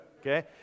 Okay